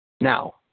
Now